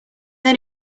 then